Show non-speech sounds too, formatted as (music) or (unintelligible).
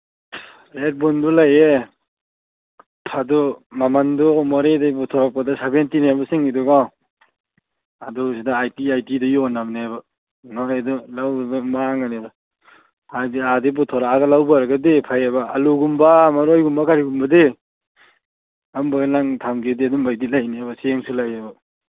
rate ꯕꯨꯟꯗꯨ ꯂꯩꯌꯦ ꯑꯗꯨ ꯃꯃꯟꯗꯨ ꯃꯣꯔꯦꯗꯒꯤ ꯄꯨꯊꯣꯔꯛꯄꯗ ꯁꯚꯦꯟꯇꯤ ꯂꯩꯕꯁꯤꯡꯗꯤꯀꯣ ꯑꯗꯨ ꯁꯤꯗ ꯑꯥꯏꯇꯤ ꯑꯥꯏꯇꯤꯗ ꯌꯣꯟꯅꯕꯅꯦꯕ ꯃꯣꯔꯦꯗꯨ ꯂꯧꯔꯨꯕ ꯃꯥꯡꯉꯅꯦꯕ ꯍꯥꯏꯗꯤ ꯑꯥꯗꯒꯤ ꯄꯨꯊꯣꯔꯛꯑꯒ ꯂꯧꯕ ꯑꯣꯏꯔꯒꯗꯤ ꯐꯩꯌꯦꯕ ꯑꯂꯨꯒꯨꯝꯕ ꯃꯔꯣꯏꯒꯨꯝꯕ ꯀꯔꯤꯒꯨꯝꯕꯗꯤ (unintelligible) ꯅꯪ ꯊꯝꯒꯦꯗꯤ ꯑꯗꯨꯒꯨꯝꯕꯩꯗꯤ ꯂꯩꯅꯤꯕ ꯆꯦꯡꯁꯨ ꯂꯩꯌꯦꯕ